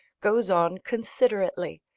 goes on considerately,